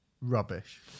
rubbish